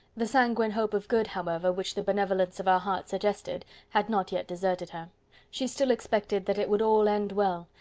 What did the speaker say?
the sanguine hope of good however, which the benevolence of her heart suggested had not yet deserted her she still expected that it would all end well,